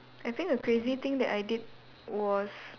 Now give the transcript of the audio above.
I think the crazy thing that I did was